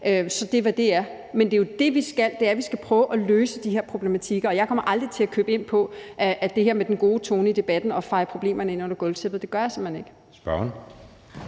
Så det er, hvad det er, men det, vi skal, er jo, at vi skal prøve at løse de her problematikker, og jeg kommer aldrig til at købe ind på det her med den gode tone i debatten og feje problemerne ind under gulvtæppet. Det gør jeg simpelt hen ikke.